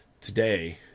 today